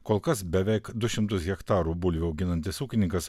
kol kas beveik du šimtus hektarų bulvių auginantis ūkininkas